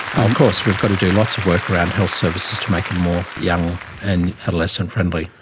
ah of course we've got to do lots of work around health services to make it more young and adolescent friendly.